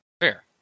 Fair